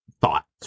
thoughts